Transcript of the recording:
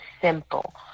simple